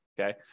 okay